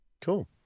Cool